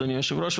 אדוני יושב הראש,